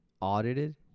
Audited